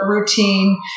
routine